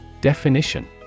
Definition